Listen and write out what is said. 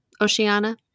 Oceana